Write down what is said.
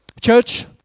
Church